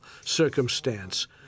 circumstance